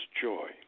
joy